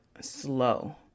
slow